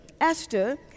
Esther